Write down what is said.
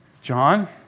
John